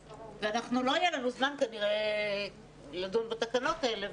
כנראה שלא יהיה לנו זמן לדון בתקנות האלה,